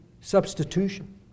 Substitution